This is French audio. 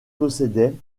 possédaient